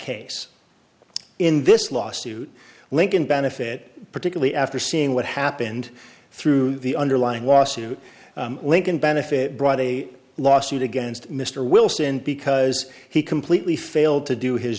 case in this lawsuit lincoln benefit particularly after seeing what happened through the underlying lawsuit link and benefit brought a lawsuit against mr wilson because he completely failed to do his